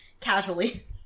Casually